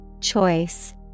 Choice